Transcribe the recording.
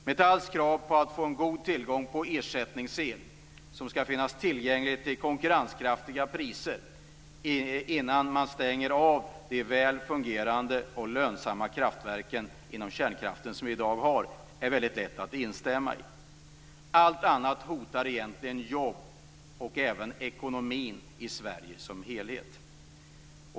Metalls krav på att god tillgång på ersättningsel skall finnas till konkurrenskraftiga priser innan man stänger av de väl fungerande och lönsamma kärnkraftverk vi i dag har är väldigt lätt att instämma i. Allt annat hotar egentligen jobb och även ekonomin i Sverige som helhet.